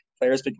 players